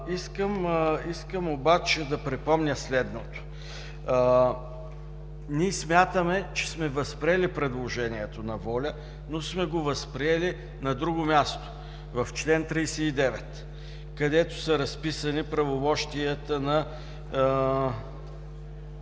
Искам обаче да припомня следното: ние смятаме, че сме възприели предложението на „Воля“, но сме го възприели на друго място – в чл. 39, ал. 2, където са разписани правомощията на